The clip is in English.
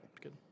Good